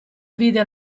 vide